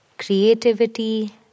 ...creativity